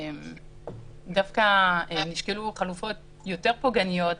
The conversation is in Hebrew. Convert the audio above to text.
דווקא נשקלו חלופות יותר פוגעניות,